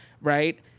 right